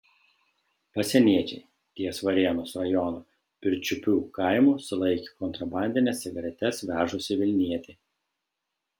pasieniečiai ties varėnos rajono pirčiupių kaimu sulaikė kontrabandines cigaretes vežusį vilnietį